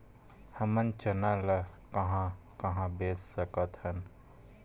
हमन चना ल कहां कहा बेच सकथन?